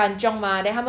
mm